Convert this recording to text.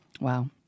Wow